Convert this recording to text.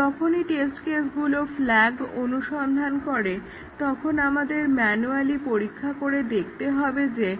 যখনই টেস্ট কেসগুলো ফ্ল্যাগ অনুসন্ধান করে তখন আমাদের ম্যানুয়ালি পরীক্ষা করে দেখতে হবে যে